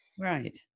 Right